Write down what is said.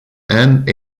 and